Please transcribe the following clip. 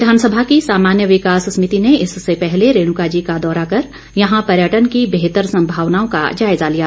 विघानसभा की सामान्य विकास समिति ने इससे पहले रेणुकाजी का दौरा कर यहां पर्यटन की बेहतर संभावनाओं का जायजा लिया